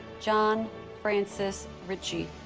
john francis ritchey